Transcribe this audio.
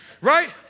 Right